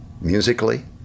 musically